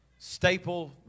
staple